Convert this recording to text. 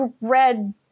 red